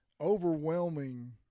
overwhelming